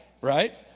right